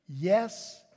Yes